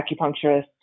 acupuncturist